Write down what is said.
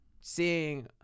seeing